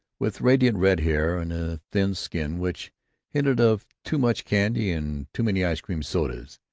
with radiant red hair and a thin skin which hinted of too much candy and too many ice cream sodas.